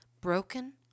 Broken